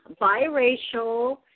biracial